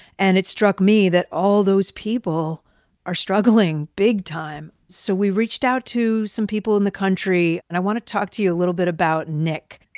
and it struck me that all those people are struggling big time. so we reached out to some people in the country, and i want to talk to you a little bit about nick.